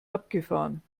abgefahren